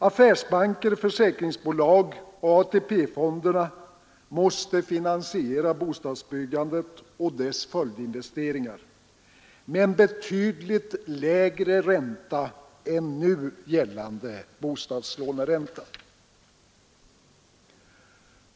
Affärsbanker, försäkringsbolag och AP-fonder måste finansiera bostadsbyggandet och dess följdinvesteringar med en betydligt lägre ränta än nu gällande bostadslåneränta.